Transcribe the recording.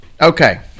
Okay